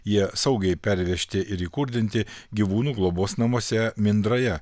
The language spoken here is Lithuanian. jie saugiai pervežti ir įkurdinti gyvūnų globos namuose mindraja